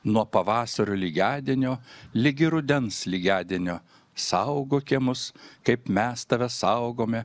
nuo pavasario lygiadienio ligi rudens lygiadienio saugo kiemus kaip mes tave saugome